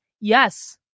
Yes